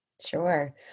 Sure